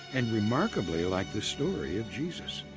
and remarkably like the story of jesus.